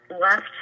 left